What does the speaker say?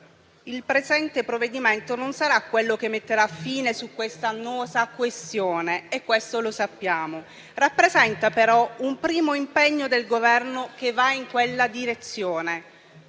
il presente provvedimento non sarà quello che metterà fine a questa annosa questione e lo sappiamo, ma rappresenta un primo impegno del Governo in quella direzione.